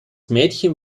mädchen